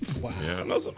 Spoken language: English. Wow